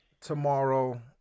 tomorrow